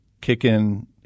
kicking